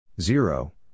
Zero